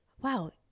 wow